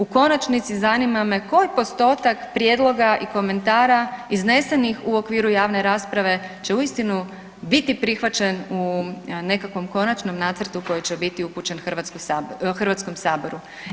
U konačnici zanima me koji postotak prijedloga i komentara iznesenih u okviru javne rasprave će uistinu biti prihvaćen u nekom konačnom nacrtu koji će biti upućen HS-u?